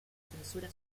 censura